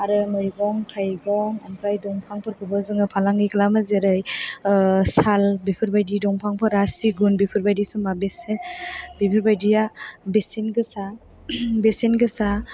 आरो मैगं थायगं ओमफ्राय दंफांफोरखौबो जों फालांगि खालामो जेरै साल बेफोरबादि दंफांफोरा सिगुन बेफोरबायदि बेसे बेफोरबायदिआ बेसेन गोसा बेसेन गोसा